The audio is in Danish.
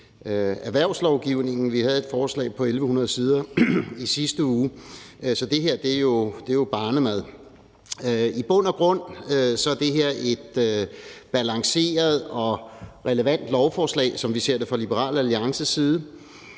erhvervslovgivningen. Vi havde et forslag på 1.100 sider i sidste uge, så det her er jo barnemad. I bund og grund er det her et balanceret og relevant lovforslag, som vi ser det fra Liberal Alliances side.